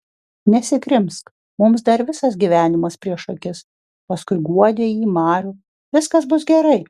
nesikrimsk mums dar visas gyvenimas prieš akis paskui guodė ji marių viskas bus gerai